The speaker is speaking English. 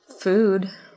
food